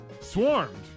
Swarmed